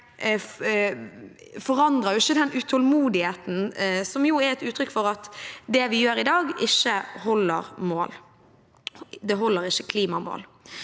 forandrer jo ikke den utålmodigheten, som er et uttrykk for at det vi gjør i dag, ikke holder mål.